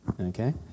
okay